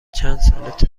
چند